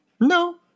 No